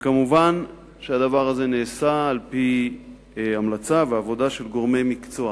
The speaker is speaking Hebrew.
ומובן שהדבר הזה נעשה על-פי המלצה ועבודה של גורמי מקצוע.